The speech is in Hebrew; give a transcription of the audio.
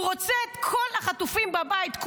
הוא רוצה את כל החטופים בבית,